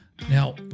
Now